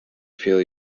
feel